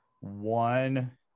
one